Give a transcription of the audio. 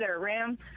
Ram